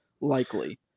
Likely